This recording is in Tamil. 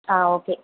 ஆ ஓகே